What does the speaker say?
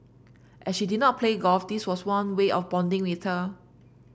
as she did not play golf this was one way of bonding with her